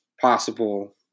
possible